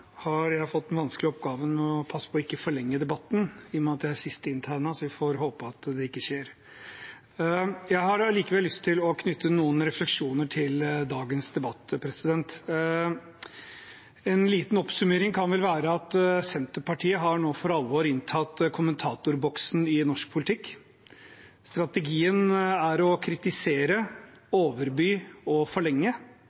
har jeg fått den vanskelige oppgaven å passe på å ikke forlenge debatten. I og med at jeg er siste inntegnede, får vi håpe at det blir slik. Jeg har allikevel lyst til å knytte noen refleksjoner til dagens debatt. En liten oppsummering kan vel være at Senterpartiet nå for alvor har inntatt kommentatorboksen i norsk politikk. Strategien er å kritisere,